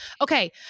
okay